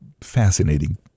fascinating